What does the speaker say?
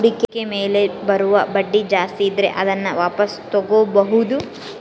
ಹೂಡಿಕೆ ಮೇಲೆ ಬರುವ ಬಡ್ಡಿ ಜಾಸ್ತಿ ಇದ್ರೆ ಅದನ್ನ ವಾಪಾಸ್ ತೊಗೋಬಾಹುದು